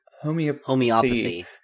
Homeopathy